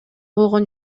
болгон